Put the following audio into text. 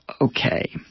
Okay